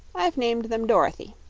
i've named them dorothy.